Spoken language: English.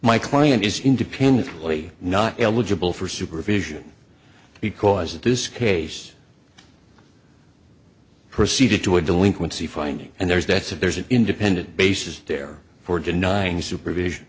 my client is independently not eligible for supervision because of this case proceeded to a delinquency finding and there's debts and there's an independent basis there for denying supervision